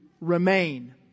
remain